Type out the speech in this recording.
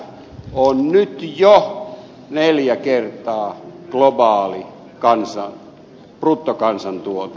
on nyt jo neljä kertaa globaali bruttokansantuote